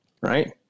right